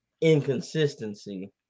inconsistency